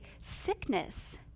sickness